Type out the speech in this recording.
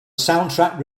soundtrack